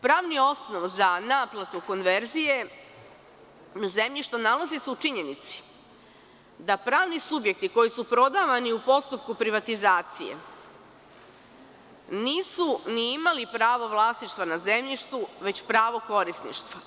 Pravni osnov za naplatu konverzije zemljišta nalazi se u činjenici da pravni subjekti koji su prodavani u postupku privatizacije nisu ni imali pravo vlasništva na zemljištu, već pravo korisništva.